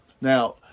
Now